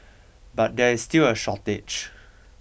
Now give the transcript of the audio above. but there is still a shortage